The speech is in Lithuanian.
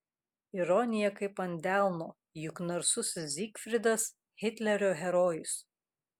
ironija kaip ant delno juk narsusis zygfridas hitlerio herojus